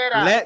Let